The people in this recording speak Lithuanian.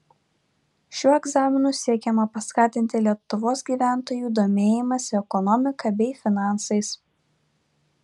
šiuo egzaminu siekiama paskatinti lietuvos gyventojų domėjimąsi ekonomika bei finansais